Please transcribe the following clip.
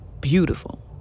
Beautiful